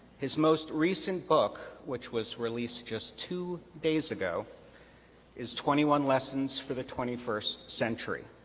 his most recent book which was released just two days ago is twenty one lessons for the twenty first century.